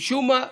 משום מה,